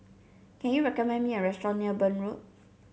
can you recommend me a restaurant near Burn Road